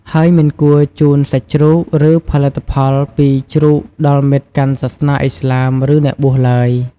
ហើយមិនគួរជូនសាច់ជ្រូក ឬផលិតផលពីជ្រូកដល់មិត្តកាន់សាសនាឥស្លាម ឬអ្នកបួសឡើយ។